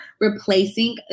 replacing